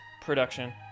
production